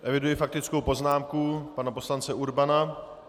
Eviduji faktickou poznámku pana poslance Urbana.